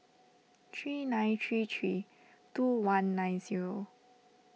three nine three three two one nine zero